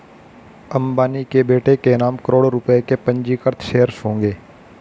अंबानी के बेटे के नाम करोड़ों रुपए के पंजीकृत शेयर्स होंगे